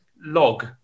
log